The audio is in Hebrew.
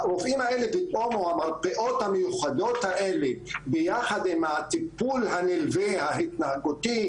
המרפאות המיוחדות האלה ביחד עם הטיפול הנלווה ההתנהגותי